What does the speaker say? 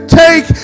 take